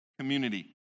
community